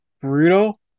brutal